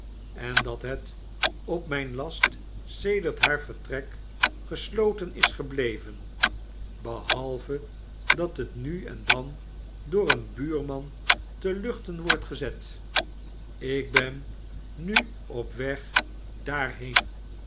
en dat het op mijn last sedert haar vertrek gesloten is gebleven behalve dat het nu en dan door een buurman te luchten wordt gezet ik ben nu op weg daarheen